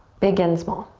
big and small.